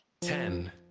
Ten